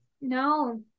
no